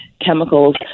chemicals